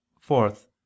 fourth